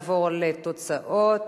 נעבור לתוצאות